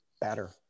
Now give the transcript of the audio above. better